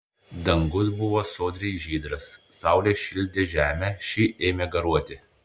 dangus buvo sodriai žydras saulė šildė žemę ši ėmė garuoti